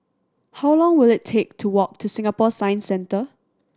how long will it take to walk to Singapore Science Centre